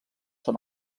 són